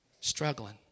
Struggling